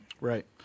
Right